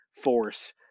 force